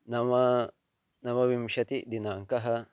नव नवविंशतिदिनाङ्कः